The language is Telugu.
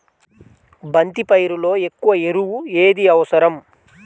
బంతి పైరులో ఎక్కువ ఎరువు ఏది అవసరం?